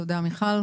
תודה, מיכל.